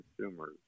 consumers